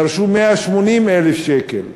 דרשו 180,000 שקל.